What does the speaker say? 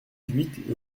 huit